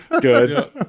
good